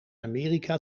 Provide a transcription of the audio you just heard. amerika